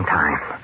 time